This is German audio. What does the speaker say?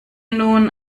nun